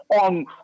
on